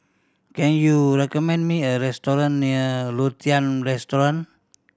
can you recommend me a restaurant near Lothian Terrace